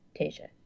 Tasia